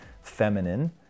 feminine